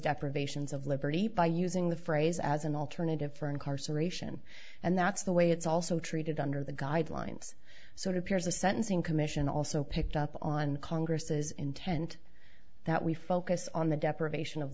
deprivations of liberty by using the phrase as an alternative for incarceration and that's the way it's also treated under the guidelines so it appears the sentencing commission also picked up on congress's intent that we focus on the deprivation of